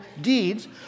deeds